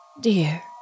Dear